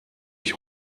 ich